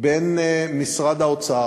בין משרד האוצר,